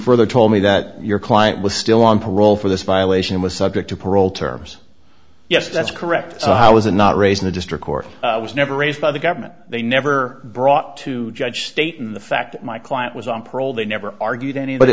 further told me that your client was still on parole for this violation was subject to parole terms yes that's correct so how was it not raised in the district court was never raised by the government they never brought to judge state in the fact that my client was on parole they never argued any